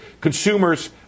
Consumers